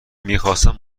میخواستم